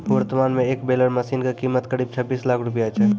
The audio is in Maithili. वर्तमान मॅ एक बेलर मशीन के कीमत करीब छब्बीस लाख रूपया छै